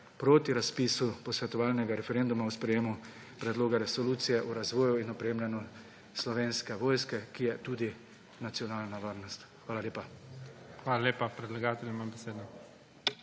proti razpisu posvetovalnega referenduma o sprejemu predloga resolucije o razvoju in opremljanju Slovenske vojske, ki je tudi nacionalna varnost. Hvala lepa. PREDSEDNIK IGOR ZORČIČ: Hvala lepa. Predlagatelj ima besedo.